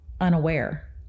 unaware